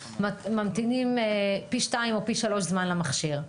ממתינים פי שניים או שלושה זמן למכשיר.